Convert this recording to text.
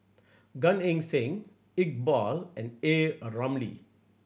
Gan Eng Seng Iqbal and A Ramli